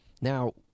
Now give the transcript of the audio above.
now